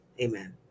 Amen